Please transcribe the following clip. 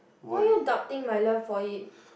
why you all doubting my love for it